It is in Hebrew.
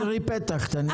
תשאירי פתח, דניאלה.